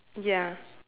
ya